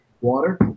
Water